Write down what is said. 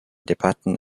debatten